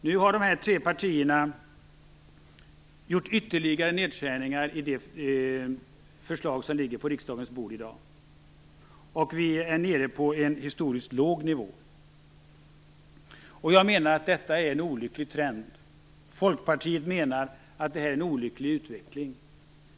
Nu har de tre partierna gjort ytterligare nedskärningar i det förslag som ligger på riksdagen bord i dag. Vi är nere på en historiskt låg nivå. Jag menar att detta är en olycklig trend. Folkpartiet menar att det är en olycklig utveckling.